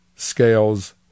Scales